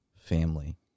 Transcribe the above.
family